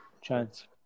chance